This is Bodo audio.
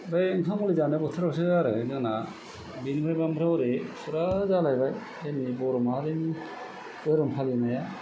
बै ओंखाम गोरलै जानाय बोथोरावसो आरो जोंना बेनिफ्रायबा ओमफ्राय हरै पुरा जालायबाय जोंनि बर' माहारिनि धोरोम फालिनाया